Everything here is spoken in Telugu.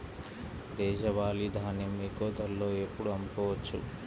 దేశవాలి ధాన్యం ఎక్కువ ధరలో ఎప్పుడు అమ్ముకోవచ్చు?